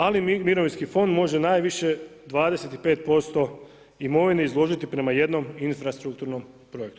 Ali mirovinski fond može najviše 25% imovine izložiti prema jednom infrastrukturnom projektu.